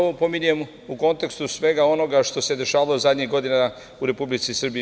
Ovo pominjem u kontekstu svega onoga što se dešavalo zadnjih godina u Republici Srbiji.